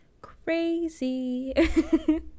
crazy